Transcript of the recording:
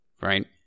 right